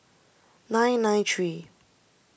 nine nine three